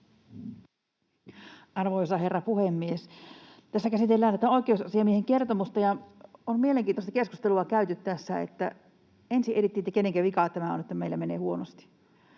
Arvoisa herra puhemies! Tässä käsitellään tätä oikeusasiamiehen kertomusta, ja on mielenkiintoista keskustelua käyty tässä. Ensin etsittiin, kenenkä vika tämä on, että meillä menee huonosti.